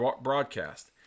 broadcast